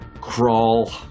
crawl